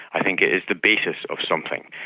i think it is the basis of something.